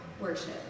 worship